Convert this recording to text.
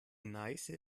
neiße